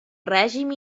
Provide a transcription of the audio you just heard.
règim